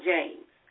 James